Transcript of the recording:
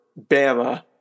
Bama